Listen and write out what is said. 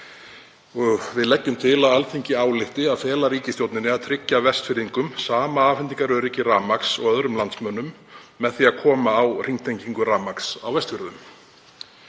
Við leggjum til að Alþingi álykti að fela ríkisstjórninni að tryggja Vestfirðingum sama afhendingaröryggi rafmagns og öðrum landsmönnum með því að koma á hringtengingu rafmagns á Vestfjörðum.